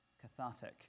cathartic